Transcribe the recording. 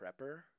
Prepper